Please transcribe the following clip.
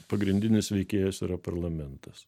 pagrindinis veikėjas yra parlamentas